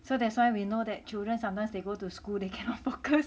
so that's why we know that children sometimes they go to school they cannot focus